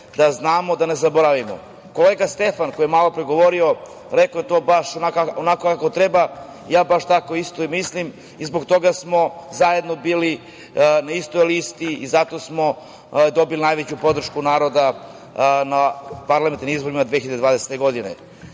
da znamo, da ne zaboravimo. Kolega Stefan, koji je malopre govorio, rekao je to baš onako kako treba, ja baš tako isto i mislim i zbog toga smo zajedno bili na istoj listi, zato smo dobili najveću podršku naroda na parlamentarnim izborima 2020. godine. Još